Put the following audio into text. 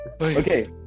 Okay